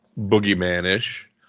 boogeyman-ish